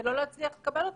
ולא להצליח לקבל אותם.